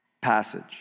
passage